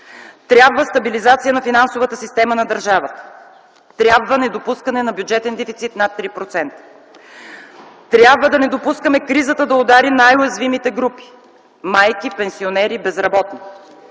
Трябва стабилизация на финансовата система на държавата, трябва недопускане на бюджетен дефицит над 3%. Трябва да не допускаме кризата да удари най-уязвимите групи – майки, пенсионери, безработни.